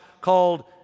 called